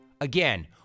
Again